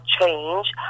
change